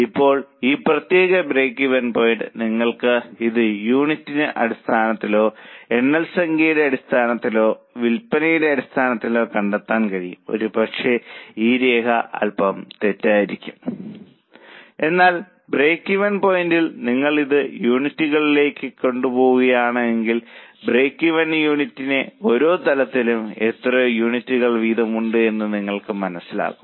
ഇപ്പോൾ ഈ പ്രത്യേക ബ്രേക്ക്ഈവൻ പോയിന്റ് നിങ്ങൾക്ക് ഇത് യൂണിറ്റ് അടിസ്ഥാനത്തിലോ എണ്ണൽ സംഖ്യയുടെ അടിസ്ഥാനത്തിലോ വില്പന അടിസ്ഥാനത്തിലോ കണ്ടെത്താൻ കഴിയും ഒരുപക്ഷേ ഈ രേഖ അൽപ്പം തെറ്റായിരിക്കാം എന്നാൽ ബ്രേക്ക്ഈവൻ പോയിന്റിൽ നിന്ന് നിങ്ങൾ ഇത് യൂണിറ്റുകളിലേക്ക് കൊണ്ടുപോകുകയാണെങ്കിൽ ബ്രേക്ക്ഈവൻ യൂണിറ്റിന്റെ Break even Unit's ഓരോ തലങ്ങളിലും എത്ര യൂണിറ്റുകൾ വീതം ഉണ്ടെന്ന് നിങ്ങൾക്ക് മനസ്സിലാകും